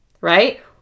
Right